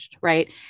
right